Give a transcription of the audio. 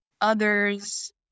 others